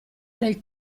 del